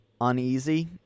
uneasy